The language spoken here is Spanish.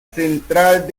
central